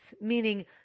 Meaning